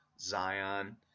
Zion